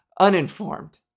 uninformed